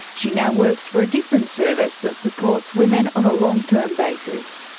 she now works for a different service that supports women on a long-term basis.